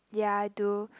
yeah I do